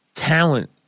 Talent